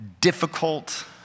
difficult